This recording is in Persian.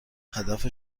هدف